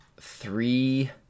Three